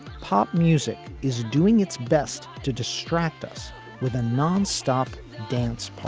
pop music is doing its best to distract us with a nonstop dance